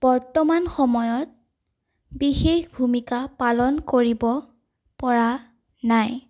বৰ্তমান সময়ত বিশেষ ভূমিকা পালন কৰিব পৰা নাই